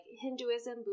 hinduism